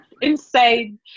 insane